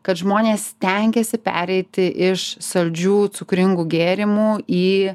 kad žmonės stengiasi pereiti iš saldžių cukringų gėrimų į